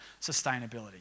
sustainability